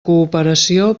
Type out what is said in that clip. cooperació